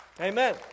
Amen